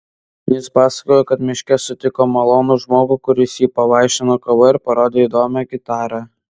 jis pasakojo kad miške sutiko malonų žmogų kuris jį pavaišino kava ir parodė įdomią gitarą